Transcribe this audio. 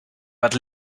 but